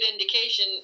indication